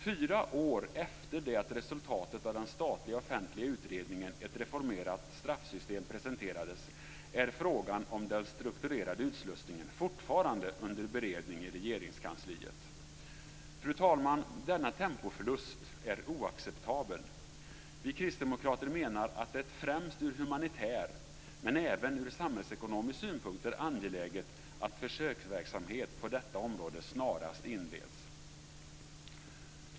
Fyra år efter det att resultatet av den statliga offentliga utredningen Ett reformerat straffsystem presenterades är frågan om den strukturerade utslussningen fortfarande under beredning i Regeringskansliet. Fru talman! Denna tempoförlust är oacceptabel. Vi kristdemokrater menar att det främst ur humanitär men även ur samhällsekonomisk synpunkt är angeläget att försöksverksamhet på detta område snarast inleds.